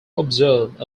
observed